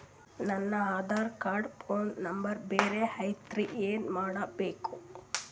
ನನ Aadhaar card phone number ಬ್ಯಾರೆ ಐತ್ರಿ ಏನ ಮಾಡಬೇಕು?